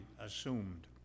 assumed